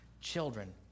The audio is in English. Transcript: children –